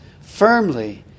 firmly